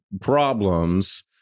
problems